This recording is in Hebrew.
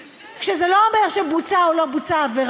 כשזה לא אומר שבוצעה עבירה או לא בוצעה.